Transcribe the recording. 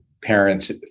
parents